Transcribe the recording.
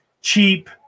cheap